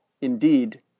Indeed